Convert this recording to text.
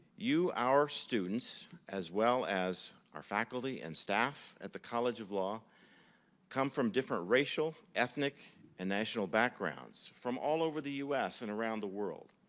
you, our students, as well as our faculty and staff at the college of law come from different racial, ethnic and national backgrounds from all over the us and around the world.